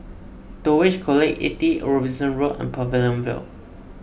Dulwich College eighty Robinson Road and Pavilion View